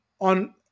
on –